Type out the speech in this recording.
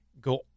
go